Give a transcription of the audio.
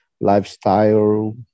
lifestyle